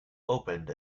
opened